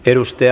ennuste